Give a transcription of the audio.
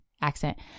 accent